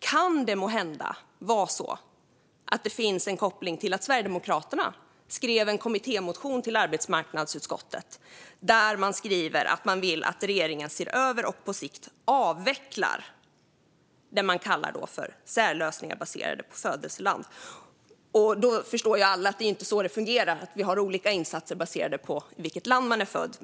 Kan det måhända vara så att det finns en koppling till att Sverigedemokraterna skrev en kommittémotion till arbetsmarknadsutskottet med förslag om att regeringen ska se över och på sikt avveckla det man kallar särlösningar baserade på födelseland? Nu förstår alla att det inte är så det fungerar, det vill säga olika insatser baserat på vilket land man är född i.